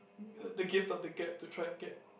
uh the gift of the gap to try and get